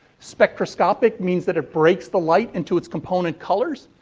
spectroscopic means that it breaks the light into its component colors.